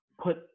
put